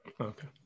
Okay